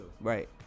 Right